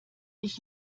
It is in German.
ich